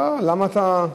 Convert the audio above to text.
אה, למה אתה,